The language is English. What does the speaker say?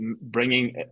bringing